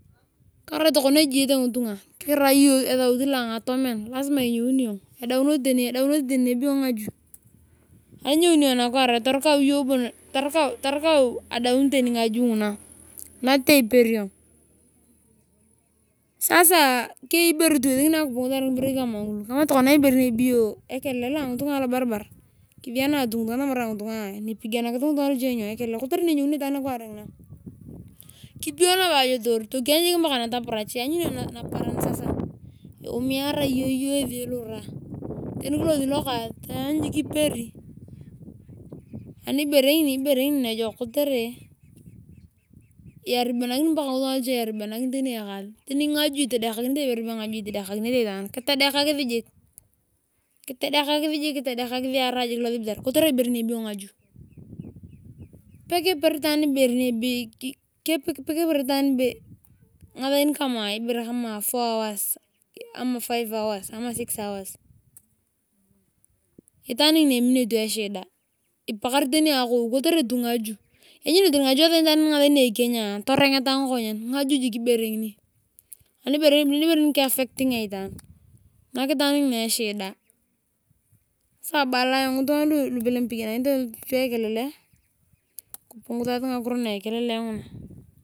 Karai tokona ejiyete ngitunga kura iyong esaut angatomen lasima inyeuni iyong edaunosi iyong ngaju rani inyeuni torukau adaun tani ngaju nguna natete iperi iyong sasa. Kama tokona ekelele lo angitunga alobarbar kisiana ngitunga nipiganakis agitunga ekelele alobarbar kotere no wnyanio itaani nakware ngina kipiyo nabo ajotoor tokieny jik paka nataparach. Ani naparan sasa lumiara ujong ngesi ilura tani kilosi lokaas taany jik iperi. Ibere ngini nejok kotere iaribikini tani ekaas tani ngaju itedekakinete itaan yaara losibitar kotere ibere be ngaju pe kepe itaan ngasain kama four to five hours ama six hours haan ngini eminio tu echida kotere epakari tani ako kotere tu ngaju lanyuni iyong tani ngache sainii ni enienya torengeta ngakonyen ngaju jiik ibere ngini ebuni ibere ngini. Sasa abala ayong ngitunga ipaganakinete luche akelele kupungusasi ngakinina ekolele nguna.